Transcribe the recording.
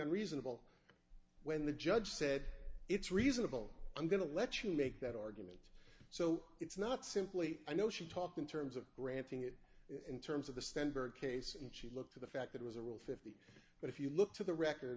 unreasonable when the judge said it's reasonable i'm going to let you make that argument so it's not simply i know she talked in terms of granting it in terms of the stenberg case and she looked at the fact it was a real fifty but if you look to the record